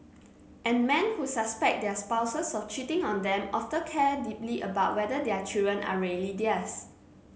and man who suspect their spouses of cheating on them often care deeply about whether their children are really theirs